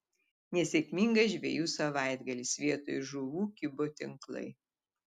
nesėkmingas žvejų savaitgalis vietoj žuvų kibo tinklai